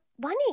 money